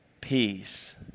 peace